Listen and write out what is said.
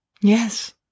yes